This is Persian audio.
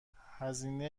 هزینه